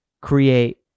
create